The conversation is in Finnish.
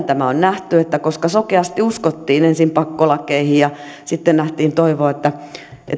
tämä on nähty että koska sokeasti uskottiin ensin pakkolakeihin sitten nähtiin toivoa